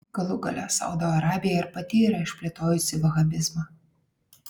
galų gale saudo arabija ir pati yra išplėtojusi vahabizmą